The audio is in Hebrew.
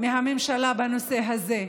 מהממשלה בנושא הזה.